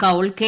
Kaul K